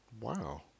Wow